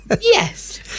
Yes